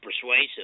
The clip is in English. persuasive